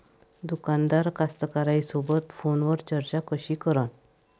दुकानदार कास्तकाराइसोबत फोनवर चर्चा कशी करन?